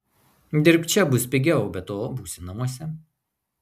dirbk čia bus pigiau be to būsi namuose